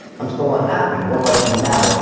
i'm still not happy. what do i do now?